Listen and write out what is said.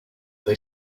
they